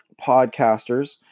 podcasters